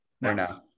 No